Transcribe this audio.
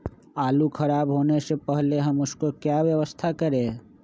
आलू खराब होने से पहले हम उसको क्या व्यवस्था करें?